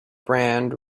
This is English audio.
band